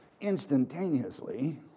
Instantaneously